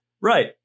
Right